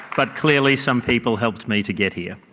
but clearly some people helped me to get here.